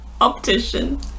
Optician